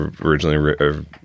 originally